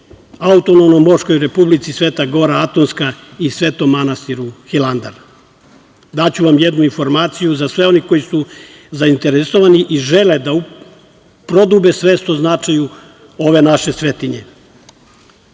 autonomnoj monaškoj republici Sveta gora Atonska i Svetom manastiru Hilandar. Daću vam jednu informaciju, a za sve one koji su zainteresovani i žele da prodube svest o značaju ove naše svetinje.